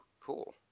cool